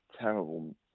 terrible